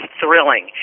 thrilling